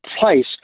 place